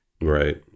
right